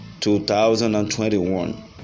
2021